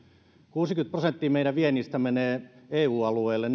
kuusikymmentä prosenttia meidän viennistä menee eu alueelle